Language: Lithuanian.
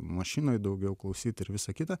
mašinoj daugiau klausyt ir visa kita